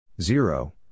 Zero